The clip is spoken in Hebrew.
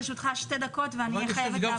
לרשותך שתי דקות ואהיה חייבת לעבור למנכ"ל.